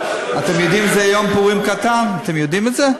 אתם יודעים שזה יום פורים קטן, אתם יודעים את זה?